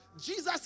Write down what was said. Jesus